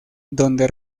donde